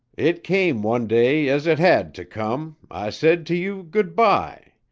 it came one day, as it had to come i said to you good-by.